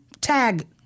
tag